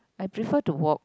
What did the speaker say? I prefer to walk